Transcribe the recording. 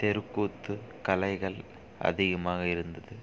தெருக்கூத்து கலைகள் அதிகமாக இருந்தது